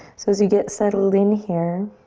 so as you get settled in here,